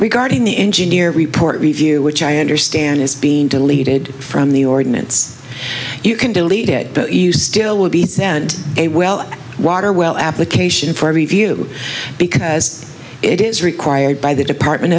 regarding the engineer report review which i understand is being deleted from the ordinance you can delete it but you still will be a well water well application for review because it is required by the department